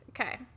Okay